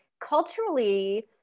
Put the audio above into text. Culturally